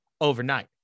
overnight